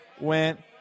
went